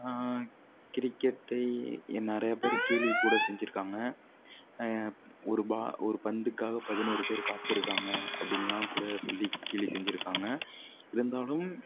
கிரிக்கெட்டை இங்கே நிறையா பேர் கேலி கூட செஞ்சுருக்காங்க ஒரு பா ஒரு பந்துக்காக பதினொரு பேர் காத்திருக்காங்க அப்படின்லாம் கூட சொல்லி கேலி செஞ்சுருக்காங்க இருந்தாலும்